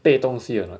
备东西 or not